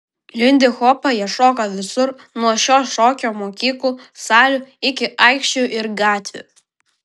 lindihopą jie šoka visur nuo šio šokio mokyklų salių iki aikščių ir gatvių